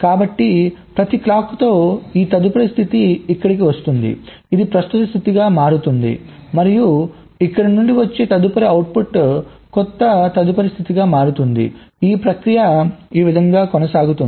కాబట్టి ప్రతి క్లాక్ తో ఈ తదుపరి స్థితి ఇక్కడకు వస్తుంది ఇది ప్రస్తుత స్థితిగా మారుతుంది మరియు ఇక్కడ నుండి వచ్చే తదుపరి అవుట్పు కొత్త తదుపరి స్థితిగా మారుతుంది ఈ ప్రక్రియ ఈ విధముగా కొనసాగుతుంది